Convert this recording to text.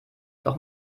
doch